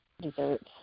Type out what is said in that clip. desserts